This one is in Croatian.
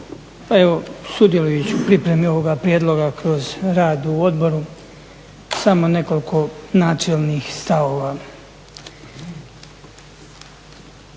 evo sudjelujući u pripremi ovoga prijedloga kroz radu u odboru samo nekoliko načelnih stavova.